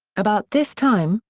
about this time,